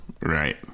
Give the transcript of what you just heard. right